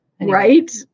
Right